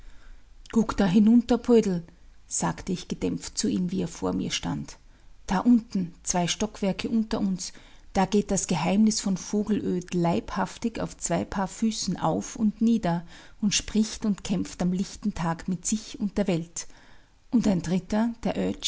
guck da hinunter poldl sagte ich gedämpft zu ihm wie er vor mir stand da unten zwei stockwerke unter uns da geht das geheimnis von vogelöd leibhaftig auf zwei paar füßen auf und nieder und spricht und kämpft am lichten tag mit sich und der welt und ein dritter der